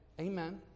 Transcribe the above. Amen